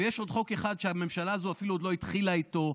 ויש עוד חוק אחד שהממשלה הזו אפילו עוד לא התחילה איתו,